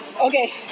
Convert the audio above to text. Okay